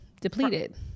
depleted